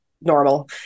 normal